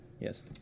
Yes